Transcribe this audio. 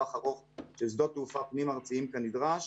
לטווח ארוך של שדות תעופה פנים-ארציים כנדרש.